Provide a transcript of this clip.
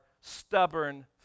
stubborn